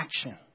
action